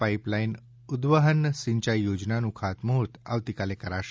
pipeline ઉદ્દવહન સિંચાઈ યોજનાનું ખાતમુહૂર્ત આવતીકાલે કરાશે